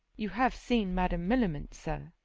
you have seen madam millamant, sir?